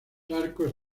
arcos